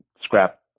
scrap